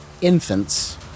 infants